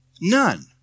None